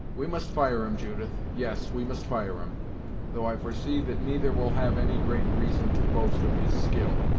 we must fire em, judith yes, we must fire em though i foresee that neither will have any great reason to boast of his skill.